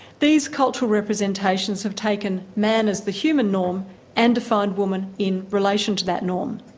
these cultural representations have taken man as the human norm and defined woman in relation to that norm.